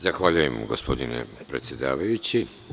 Zahvaljujem, gospodine predsedavajući.